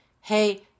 Hey